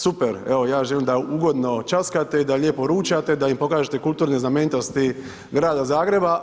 Super, evo ja želim da ugodno ćaskate i da lijepo ručate da im pokažete kulturne znamenitosti grada Zagreba.